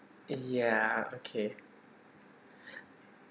ya okay